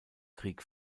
krieg